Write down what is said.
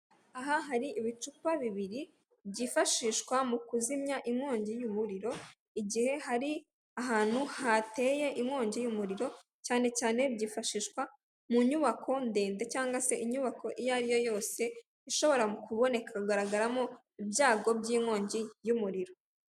Aha hari ibicupa bibiri byifashishwa mu kuzimya inkongi y'umuriro, igihe hari ahantu hateye inkongi y'umuriro cyane cyane byifashishwa mu nyubako ndende cyangwa se inyubako iyo ari yo yose ishobora kugaragaramo ibyago by'inkongi y'umuriro.